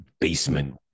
basement